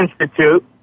institute